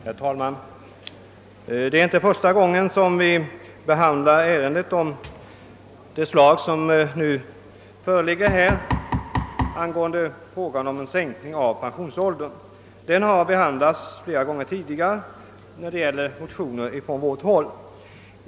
Herr talman! Det är inte första gången som vi behandlar frågan om en sänkning av pensionsåldern. Den har behandlats flera gånger tidigare på grund av motioner från vårt håll.